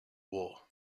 war